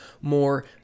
more